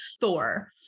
Thor